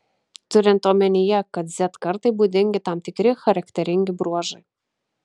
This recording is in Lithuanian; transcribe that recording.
turint omenyje kad z kartai būdingi tam tikri charakteringi bruožai